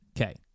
Okay